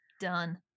done